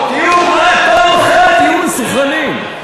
רק פעם אחת תהיו מסונכרנים.